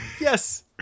Yes